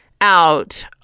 out